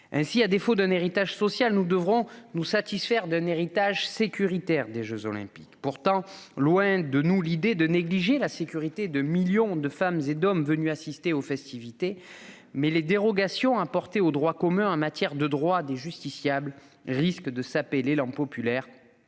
Ainsi, à défaut d'un héritage social, nous devrons nous satisfaire d'un héritage sécuritaire des Jeux. Loin de nous l'idée de négliger la sécurité de millions de femmes et d'hommes venus assister aux festivités, mais les dérogations apportées au droit commun en matière de droit des justiciables risquent de saper l'élan populaire